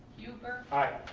hubber. aye.